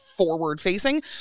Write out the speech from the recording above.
forward-facing